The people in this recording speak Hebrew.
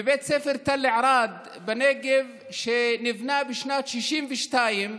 בבית הספר תל ערד בנגב, שנבנה בשנת 1962,